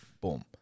boom